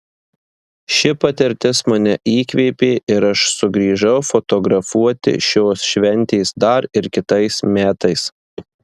ši patirtis mane įkvėpė ir aš sugrįžau fotografuoti šios šventės dar ir kitais metais